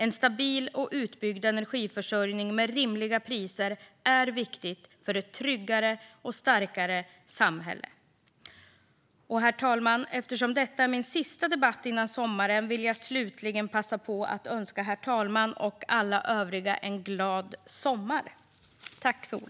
En stabil och utbyggd energiförsörjning med rimliga priser är viktigt för ett tryggare och starkare samhälle. Herr talman! Eftersom det här är min sista debatt innan sommaren vill jag slutligen passa på att önska herr talmannen och alla övriga en glad sommar.